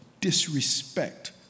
disrespect